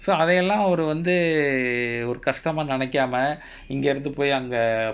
so அதயெல்லா அவரு வந்து ஒரு கஷ்டமா நினைக்காமா இங்க இருந்து போய் அங்க:athayellaa avaru vanthu oru kashtamaa ninaikaama inga irunthu poyi anga